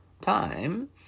time